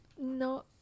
no